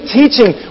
teaching